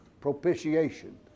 propitiation